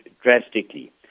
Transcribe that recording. drastically